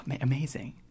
Amazing